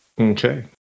Okay